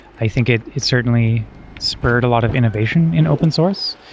i think it it certainly spurred a lot of innovation in open source.